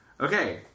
Okay